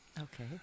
Okay